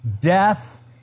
death